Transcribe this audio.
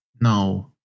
No